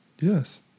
Yes